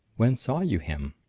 when saw you him?